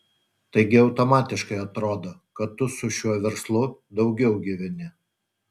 taigi automatiškai atrodo kad tu su šiuo verslu daugiau gyveni